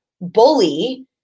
bully